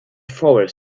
forest